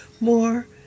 more